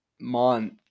month